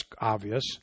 obvious